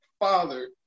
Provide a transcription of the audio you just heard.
father